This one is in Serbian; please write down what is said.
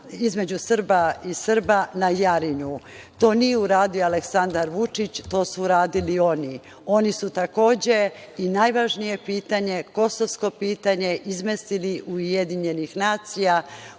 između Srba i Srba na Jarinju. To nije uradio Aleksandar Vučić, to su uradili oni. Oni su takođe i najvažnije pitanje, kosovsko pitanje izmestili UN u EU,